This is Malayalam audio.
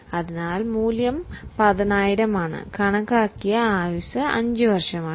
മൂല്യം 10000 ഉം കണക്കാക്കിയ ആയുസ്സ് 5 വർഷമാണ്